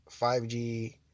5G